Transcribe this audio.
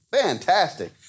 Fantastic